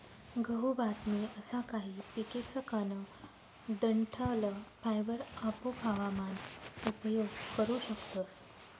गहू, भात नी असा काही पिकेसकन डंठल फायबर आपू खावा मान उपयोग करू शकतस